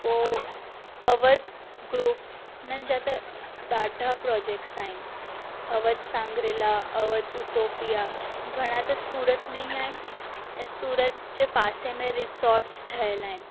पोइ अवध ग्रुप हुननि जा त ॾाढा प्रोजेक्ट्स आहिनि अवध सांग्रीला अवध उटोपिया घणा त सूरत में ई आहिनि ऐं सूरत जे पासे में रिज़ॉर्ट्स ठहियल आहिनि